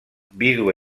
vídua